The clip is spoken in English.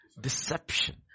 deception